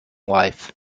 life